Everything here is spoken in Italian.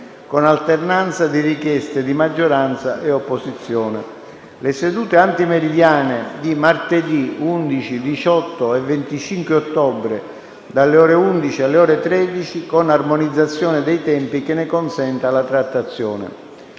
con alternanza di richieste di maggioranza e opposizione - le sedute antimeridiane di martedì 11, 18 e 25 ottobre, dalle ore 11 alle ore 13, con un'armonizzazione dei tempi che ne consenta la trattazione.